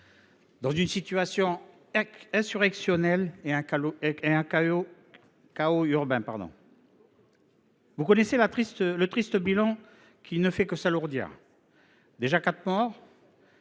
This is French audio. dans une situation insurrectionnelle et un chaos urbain. Vous connaissez le triste bilan. Il ne fait que s’alourdir. On dénombre déjà quatre morts.